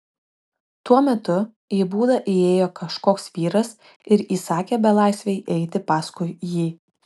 tuo metu į būdą įėjo kažkoks vyras ir įsakė belaisvei eiti paskui jį